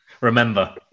Remember